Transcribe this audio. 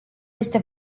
este